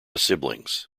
siblings